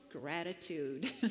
gratitude